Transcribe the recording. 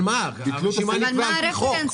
אבל ביטלו את הסעיף --- חוק.